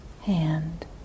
hand